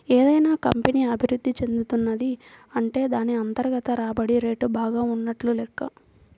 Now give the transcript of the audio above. ఏదైనా కంపెనీ అభిరుద్ధి చెందుతున్నది అంటే దాన్ని అంతర్గత రాబడి రేటు బాగా ఉన్నట్లు లెక్క